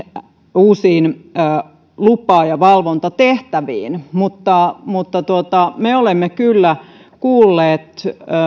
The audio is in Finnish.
uusiin lupa ja valvontatehtäviin mutta mutta me olemme kyllä kuulleet